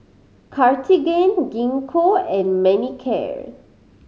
Cartigain Gingko and Manicare